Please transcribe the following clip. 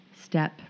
step